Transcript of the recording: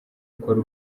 ukore